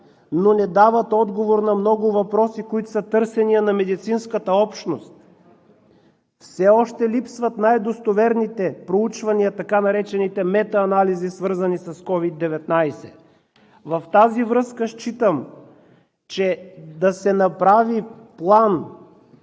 но не дават отговор на много въпроси, които са търсения на медицинската общност! Все още липсват най-достоверните проучвания, така наречените метаанализи, свързани с COVID-19! В тази връзка считам, че да се направи план